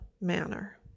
manner